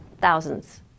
thousands